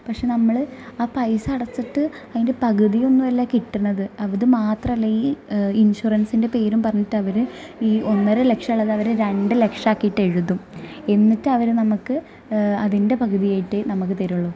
പക്ഷെ നമ്മൾ ആ പൈസ അടച്ചിട്ട് പകുതിയൊന്നുവല്ല കിട്ടണത് അതുമാത്രമല്ല ഈ ഇഷുറൻസിൻ്റെ പേരും പറഞ്ഞിട്ടവർ ഒന്നര ലക്ഷോല്ലാത്തവർ രണ്ട് ലക്ഷക്കീട്ടെഴുതും എന്നിട്ടവർ നമുക്ക് അതിൻ്റെ പകുതിയായിട്ടെ നമുക്ക് തരൂള്ളു